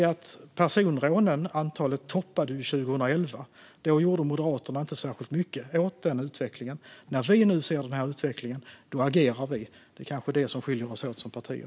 Antalet personrån toppade 2011, och då gjorde Moderaterna inte särskilt mycket åt den utvecklingen. När vi nu ser denna utveckling agerar vi. Det kanske är det som skiljer oss åt som partier.